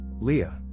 Leah